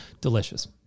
Delicious